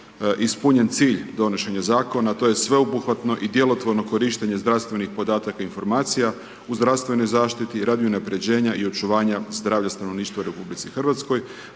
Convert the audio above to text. ispunjen cilj donošenja Zakona, to je sveobuhvatno i djelotvorno korištenje zdravstvenih podataka i informacija u zdravstvenoj zaštiti radi unapređenja i očuvanja zdravlja stanovništva u RH, kao